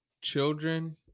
Children